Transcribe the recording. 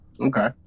Okay